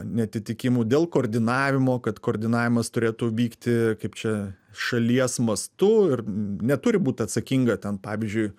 neatitikimų dėl koordinavimo kad koordinavimas turėtų vykti kaip čia šalies mastu ir neturi būti atsakinga ten pavyzdžiui